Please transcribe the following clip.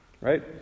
Right